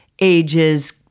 ages